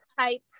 type